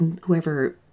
whoever